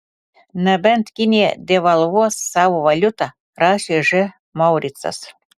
nebent kinija devalvuos savo valiutą rašė ž mauricas